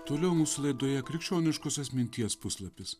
toliau mūsų laidoje krikščioniškosios minties puslapis